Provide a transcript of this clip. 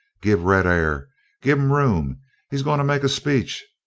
give red air give him room he's going to make a speech!